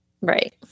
Right